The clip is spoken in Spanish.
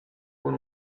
con